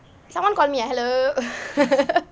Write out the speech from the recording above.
someone call me ah hello